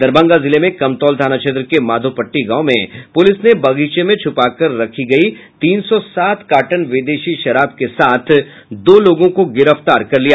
दरभंगा जिले में कमतौल थाना क्षेत्र के माधोपट्टी गांव में पुलिस ने बागीचे में छुपाकर रखी गई तीन सौ सात कार्टन विदेशी शराब बरामद के साथ दो लोगों को गिरफ्तार कर लिया